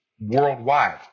worldwide